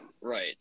Right